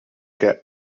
get